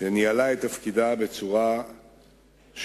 שמילאה את תפקידה בצורה שעוררה,